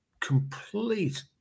complete